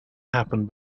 happened